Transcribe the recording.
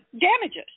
damages